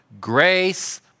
grace